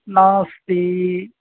नास्ति